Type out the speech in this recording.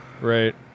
Right